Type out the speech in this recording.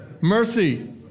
mercy